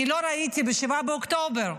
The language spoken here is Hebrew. לא ראיתי ב-7 באוקטובר.